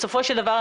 בסופו של דבר,